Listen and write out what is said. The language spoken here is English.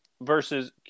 versus